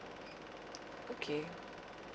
okay